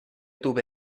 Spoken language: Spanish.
tuve